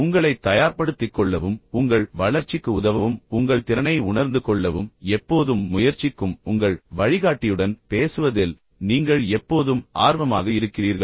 உங்களைத் தயார்படுத்திக் கொள்ளவும் உங்கள் வளர்ச்சிக்கு உதவவும் உங்கள் திறனை உணர்ந்து கொள்ளவும் எப்போதும் முயற்சிக்கும் உங்கள் வழிகாட்டியுடன் பேசுவதில் நீங்கள் எப்போதும் ஆர்வமாக இருக்கிறீர்களா